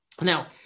Now